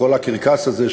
כל הקרקס הזה,